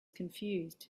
confused